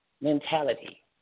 mentality